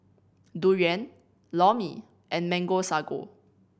durian Lor Mee and Mango Sago